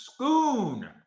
scoon